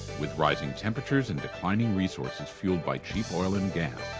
with rising temperatures and declining resources fueled by cheap oil and gas.